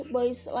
Boys